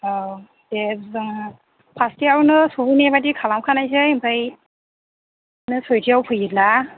औ दे जोङो फासथायावनो सौहैनाय बादि खालाम खानायसै ओमफ्राय नों सयथायाव फैयोब्ला